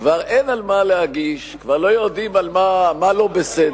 כבר אין על מה להגיש, כבר לא יודעים מה לא בסדר.